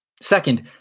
Second